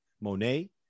Monet